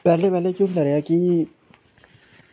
पैह्ले पैह्ले केह् होंदा रेहा की